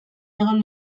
egon